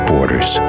Borders